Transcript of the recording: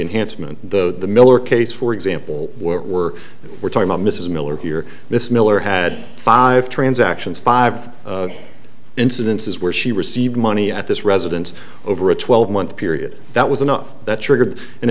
enhancement the miller case for example what we're we're talking about mrs miller here miss miller had five transactions five incidences where she received money at this residence over a twelve month period that was enough that triggered and